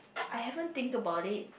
I haven't think about it